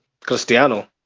Cristiano